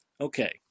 Okay